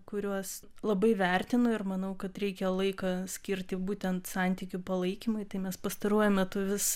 kuriuos labai vertinu ir manau kad reikia laiką skirti būtent santykių palaikymui tai mes pastaruoju metu vis